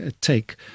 take